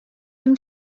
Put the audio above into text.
him